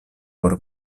por